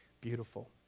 beautiful